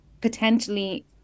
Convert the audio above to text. potentially